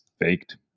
faked